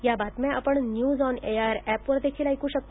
या बातम्या आपण न्यूज ऑन एआयआर ऍपवर देखील ऐकू शकता